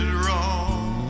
wrong